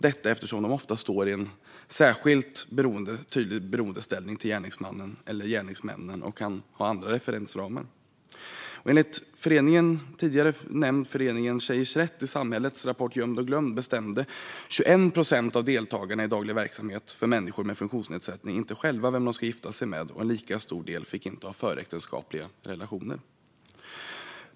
De står ofta i en särskilt tydlig beroendeställning till gärningsmannen eller gärningsmännen och kan ha andra referensramar. Enligt rapporten Gömd & Glömd - H edersrelaterat våld och förtryck mot vuxna med intellektuell funktionsnedsättning från den tidigare nämnda föreningen Tjejers rätt i samhället bestämde 21 procent av deltagarna i daglig verksamhet för människor med funktionsnedsättning inte själva vem de skulle gifta sig med, och en lika stor del fick inte ha föräktenskapliga relationer.